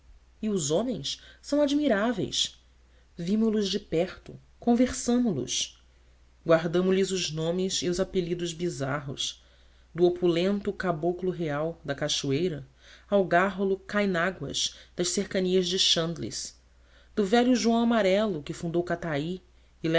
e os homens são admiráveis vimo los de perto conversamo los guardamos lhes os nomes e os apelidos bizarros do opulento caboclo real da cachoeira ao gárrulo cai nágua das cercanias de chandless do velho joão amarelo que fundou catai